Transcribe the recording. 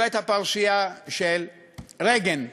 זו הייתה הפרשייה של רייגן.